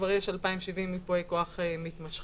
כבר יש 2,070 ייפויי כוח מתמשכים,